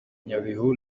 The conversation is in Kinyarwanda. nyabihu